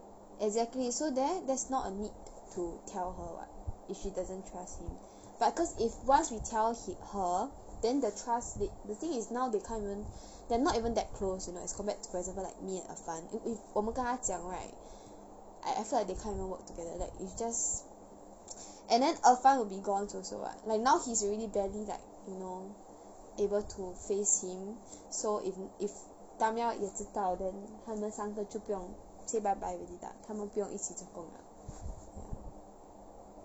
exactly so there there's not a need to tell her [what] if she doesn't trust him but cause if once we tell hi~ her then the trust di~ the thing is now they can't even they're not even that close you know as compared to for example like me and er fan if if 我们她讲 right I I feel like they can't even work together that is just and then er fan will be gone also [what] like now he's already barely like you know able to face him so if if tamya 也知道 then 他们三个就不用 say bye bye already lah 他们不用一起做工了 ya